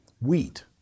wheat